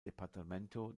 departamento